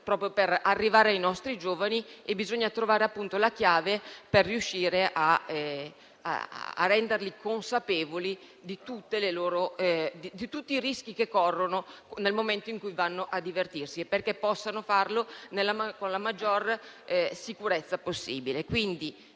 in atto per arrivare ai nostri giovani, cercando di trovare la chiave per renderli consapevoli di tutti i rischi che corrono nel momento in cui vanno a divertirsi affinché possano farlo con la maggiore sicurezza possibile.